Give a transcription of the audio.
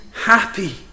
happy